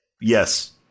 yes